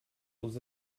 aux